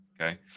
okay